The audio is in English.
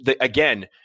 again